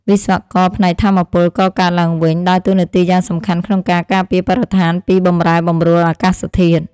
វិស្វករផ្នែកថាមពលកកើតឡើងវិញដើរតួនាទីយ៉ាងសំខាន់ក្នុងការការពារបរិស្ថានពីបម្រែបម្រួលអាកាសធាតុ។